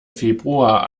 februar